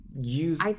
use